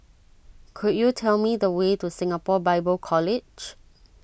could you tell me the way to Singapore Bible College